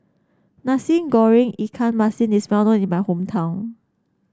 Nasi Goreng Ikan Masin is well known in my hometown